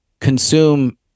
consume